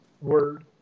word